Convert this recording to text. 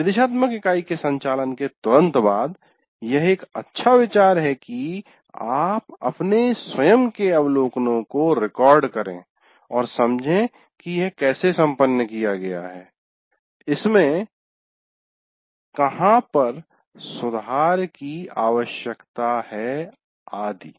निर्देशात्मक इकाई के संचालन के तुरंत बाद यह एक अच्छा विचार है की आप अपने स्वयं के अवलोकनों को रिकॉर्ड करें और समझे की यह कैसे संपन्न किया गया है इसमें कहा पर सुधार की आवश्यकता है आदि